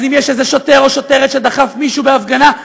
אז אם יש איזה שוטר או שוטרת שדחף מישהו בהפגנה,